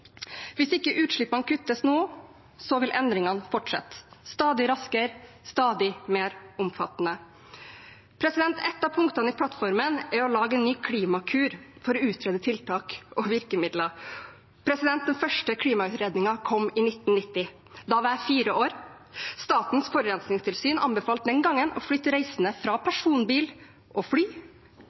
Hvis ikke utslippene kuttes nå, vil endringene fortsette – stadig raskere, stadig mer omfattende. Ett av punktene i plattformen er å lage en ny Klimakur, for å utrede tiltak og virkemidler. Den første klimautredningen kom i 1990. Da var jeg fire år. Statens forurensningstilsyn anbefalte den gangen å flytte reisende fra personbil og fly